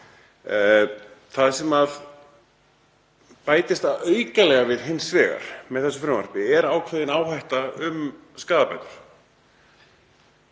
Það sem bætist við aukalega hins vegar með þessu frumvarpi er ákveðin áhætta vegna skaðabóta.